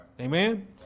Amen